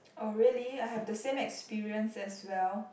oh really I have the same experience as well